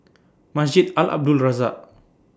Masjid Al Abdul Razak